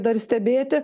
dar stebėti